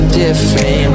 different